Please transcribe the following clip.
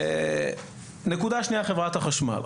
נקודה שניה, חברת החשמל.